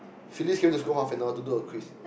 Phyllis came to school half an hour to do a quiz